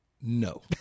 no